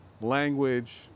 language